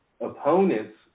opponents